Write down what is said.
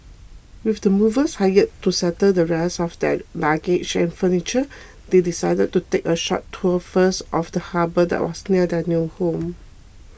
with the movers hired to settle the rest of their luggage and furniture they decided to take a short tour first of the harbour that was near their new home